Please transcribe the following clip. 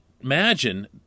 imagine